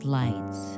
lights